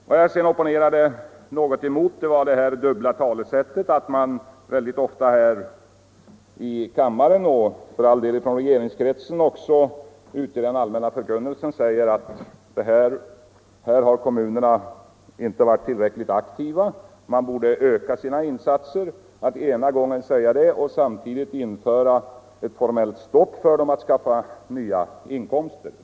Vad jag sedan opponerade något mot var det dubbla talesättet, dvs. att man ofta här i kammaren och för all del också från regeringskretsen ute i den allmänna förkunnelsen säger att kommunerna inte har varit tillräckligt aktiva och att de borde öka sina insatser, samtidigt som man inför ett formellt stopp för kommunerna att skaffa nya inkomster.